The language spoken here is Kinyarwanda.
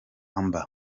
amb